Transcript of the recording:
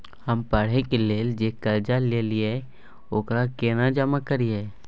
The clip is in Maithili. हम पढ़े के लेल जे कर्जा ललिये ओकरा केना जमा करिए?